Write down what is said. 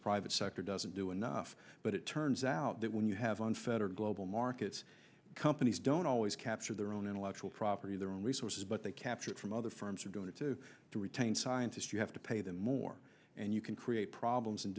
private sector doesn't do enough but it turns out that when you have unfettered global markets companies don't always capture their own intellectual property their own resources but they capture it from other firms are going to to retain scientists you have to pay them more and you can create problems and